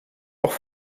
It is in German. auch